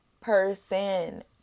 person